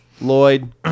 Lloyd